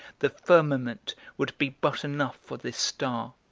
the firmament would be but enough for this star